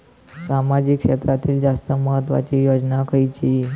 सामाजिक क्षेत्रांतील जास्त महत्त्वाची योजना खयची?